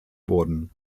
wurden